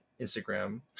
Instagram